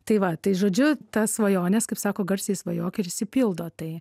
tai va tai žodžiu tas svajones kaip sako garsiai svajok ir išsipildo tai